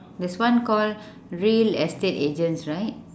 there's one called real estate agents right